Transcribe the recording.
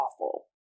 awful